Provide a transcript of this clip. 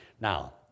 Now